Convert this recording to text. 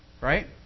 Right